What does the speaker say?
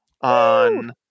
on